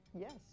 yes